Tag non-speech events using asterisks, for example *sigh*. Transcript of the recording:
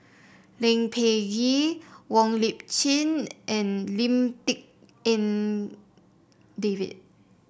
*unintelligible* Peh Gee Wong Lip Chin and Lim Tik En David